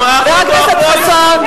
חבר הכנסת חסון,